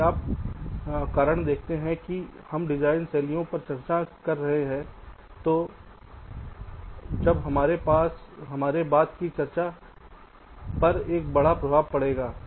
यदि आप कारण देखते हैं कि हम डिजाइन शैलियों पर चर्चा कर रहे हैं तो अब हमारे बाद की चर्चा पर एक बड़ा प्रभाव पड़ेगा